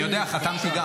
אני יודע, גם חתמתי.